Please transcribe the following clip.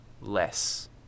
less